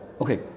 Okay